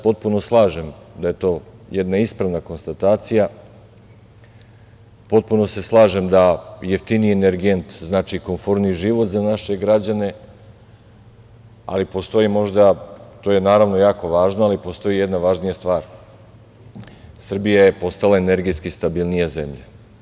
Potpuno se slažem, da je to jedna ispravna konstatacija, potpuno se slažem da jeftiniji energent znači komforniji život za naše građane, ali postoji možda, to je naravno, jako važno, ali postoji jedan važnija stvar, Srbija je postala energetski stabilnija zemlja.